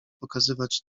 pokazywać